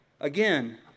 Again